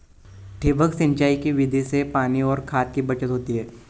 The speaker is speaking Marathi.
ठिबक सिंचाई की विधि से पानी और खाद की बचत होती है